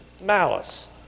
malice